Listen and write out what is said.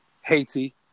Haiti